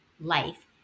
life